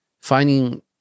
finding